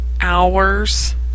hours